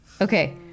Okay